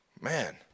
Man